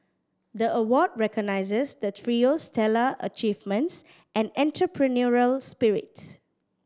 the award recognises the trio's stellar achievements and entrepreneurial spirit